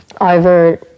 over